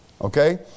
Okay